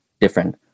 different